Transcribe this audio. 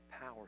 power